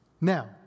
Now